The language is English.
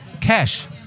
cash